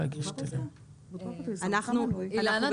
אילנה,